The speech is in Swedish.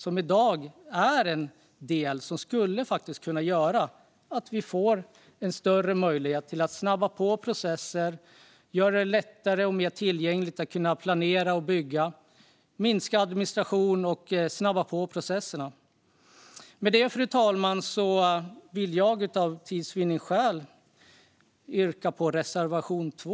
Det är i dag en del som faktiskt skulle kunna göra att vi får en större möjlighet att göra det lättare och mer tillgängligt att planera och bygga, minska administrationen och snabba på processerna. Med detta, fru talman, vill jag yrka bifall till reservation 2.